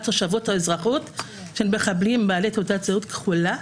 תושבות או אזרחות של מחבלים בעלי תעודת זהות כחולה,